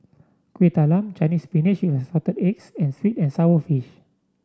Kuih Talam Chinese Spinach with Assorted Eggs and sweet and sour fish